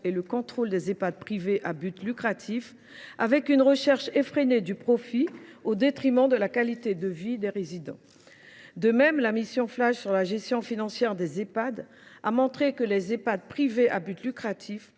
et le contrôle des Ehpad privés à but lucratif, qui recherchent de façon effrénée le profit au détriment de la qualité de vie des résidents. De même, la mission flash sur la gestion financière des Ehpad a montré que les établissements privés à but lucratif